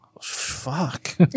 fuck